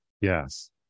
Yes